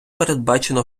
передбачено